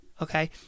okay